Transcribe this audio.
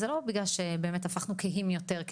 זה לא בגלל שאנחנו קהים יותר,